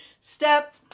step